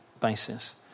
basis